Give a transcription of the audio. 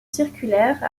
circulaire